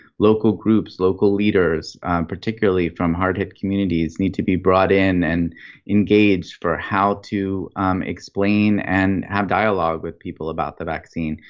local groups, local leaders particularly from hard hit communities need to be brought in and engage for how to explain and have dialog with people about the vaccine.